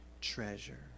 treasure